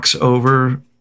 over